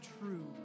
true